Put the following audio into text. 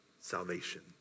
salvation